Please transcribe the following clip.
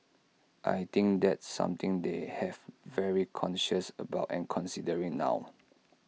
I think that's something they have very conscious about and considering now